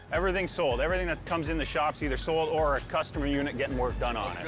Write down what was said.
everything's sold. everything that comes in the shop is either sold or a customer unit getting work done on